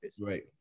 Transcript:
Right